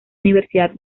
universidad